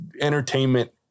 entertainment